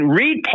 read